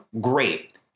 great